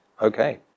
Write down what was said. okay